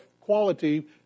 quality